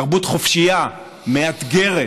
תרבות חופשייה, מאתגרת.